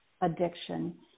addiction